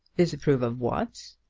disapprove of what?